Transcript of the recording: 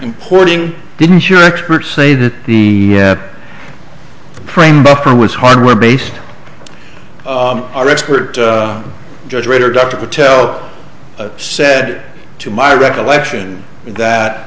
importing didn't your experts say that the frame buffer was hardware based our expert judge ritter dr patel said to my recollection that